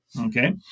Okay